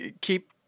keep